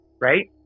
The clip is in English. right